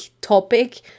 topic